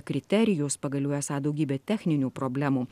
kriterijus pagaliau esą daugybė techninių problemų